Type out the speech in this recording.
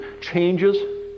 changes